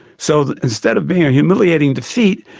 so instead of being a humiliating defeat,